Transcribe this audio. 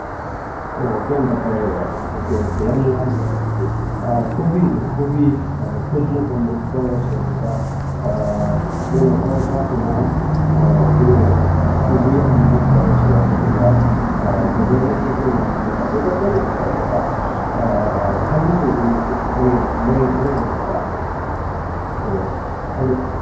ꯑꯣ ꯑꯣ ꯀꯩꯝ ꯄꯊꯔꯣꯏꯕ ꯑꯣꯀꯦ ꯑꯣꯀꯦ ꯌꯥꯝ ꯅꯨꯡꯉꯥꯏꯖꯔꯦ ꯑꯗꯨꯗꯤ ꯀꯣꯕꯤꯗꯨ ꯀꯣꯕꯤ ꯀꯨꯟꯃꯨꯛ ꯑꯃꯨꯛ ꯇꯧꯔꯁꯤ ꯑꯗꯨꯒ ꯀꯩꯅꯣ ꯍꯋꯥꯏ ꯊ꯭ꯔꯥꯛꯇꯨꯅ ꯀꯩꯅꯣ ꯀꯦ ꯖꯤ ꯑꯅꯤꯃꯨꯛ ꯇꯧꯔꯁꯤ ꯑꯗꯨꯏꯗꯨꯒ ꯒꯖꯔꯅ ꯀꯦ ꯖꯤ ꯃꯉꯥꯃꯨꯛ ꯑꯗꯨꯒ ꯀꯩꯅꯣꯗꯤ ꯂꯩꯒꯗ꯭ꯔꯥ ꯈꯥꯃꯦꯟ ꯑꯁꯤꯟꯕꯤꯒꯨꯝꯕꯗꯤ ꯂꯩꯕ ꯅꯠꯇ꯭ꯔꯥ ꯑꯣ ꯑꯣ ꯑꯗꯨ